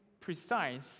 precise